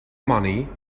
money